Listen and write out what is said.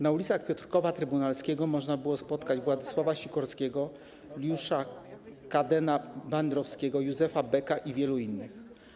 Na ulicach Piotrkowa Trybunalskiego można było spotkać Władysława Sikorskiego, Juliusza Kadena-Bandrowskiego, Józefa Becka i wielu innych.